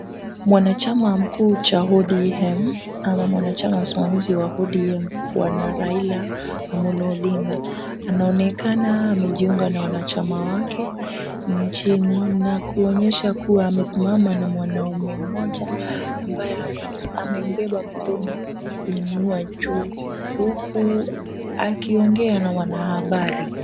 Mwanachama mkuu cha ODM ama mwanachama msimamizi wa ODM Bwana Raila Amollo Odinga anaonekana amejiunga na wanachama wake nchini na kuonyesha kuwa amesimama na mwanaume mmoja ambaye amembeba mkono kuinua juu huku akiongea na wanahabari.